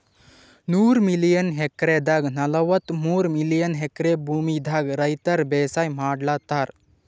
ನೂರ್ million ಎಕ್ರೆದಾಗ್ ನಲ್ವತ್ತಮೂರ್ million acre ಭೂಮಿದಾಗ್ ರೈತರ್ ಬೇಸಾಯ್ ಮಾಡ್ಲತಾರ್